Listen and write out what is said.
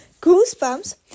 Goosebumps